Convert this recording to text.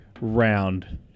round